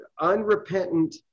unrepentant